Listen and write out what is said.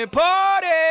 party